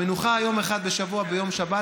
המנוחה יום אחד בשבוע ביום שבת,